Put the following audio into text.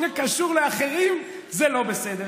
כשזה קשור לאחרים, זה לא בסדר.